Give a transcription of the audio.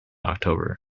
october